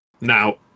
Now